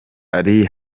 ari